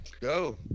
Go